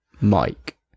Mike